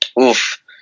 oof